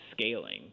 scaling